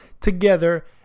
together